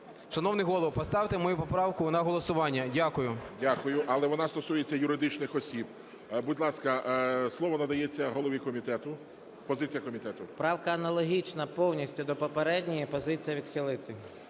Шановний голово, поставте мою поправку на голосування. Дякую. ГОЛОВУЮЧИЙ. Дякую. Але вона стосується юридичних осіб. Будь ласка, слово надається голові комітету, позиція комітету. 10:58:36 СОЛЬСЬКИЙ М.Т. Правка аналогічна повністю до попередньої. Позиція – відхилити.